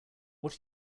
what